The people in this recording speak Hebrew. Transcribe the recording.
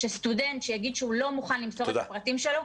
שסטודנט שיגיד שהוא לא מוכן למסור את הפרטים שלו,